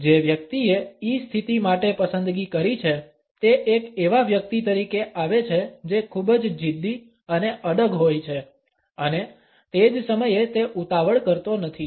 જે વ્યક્તિએ E સ્થિતિ માટે પસંદગી કરી છે તે એક એવા વ્યક્તિ તરીકે આવે છે જે ખૂબ જ જિદ્દી અને અડગ હોય છે અને તે જ સમયે તે ઉતાવળ કરતો નથી